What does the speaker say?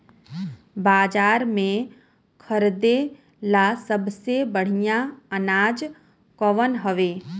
बाजार में खरदे ला सबसे बढ़ियां अनाज कवन हवे?